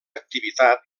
activitat